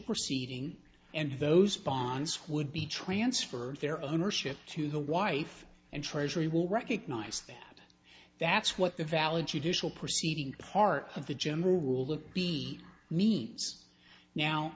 proceeding and those ponse would be transferred their ownership to the wife and treasury will recognize that that's what the valid judicial proceeding part of the general rule to be means now